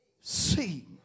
see